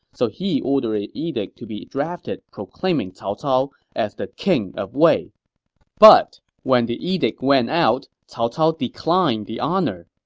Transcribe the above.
so he ordered an edict to be drafted proclaiming cao cao as the king of wei but when the edict went out, cao cao declined the honor.